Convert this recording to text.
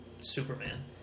Superman